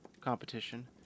competition